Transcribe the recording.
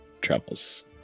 travels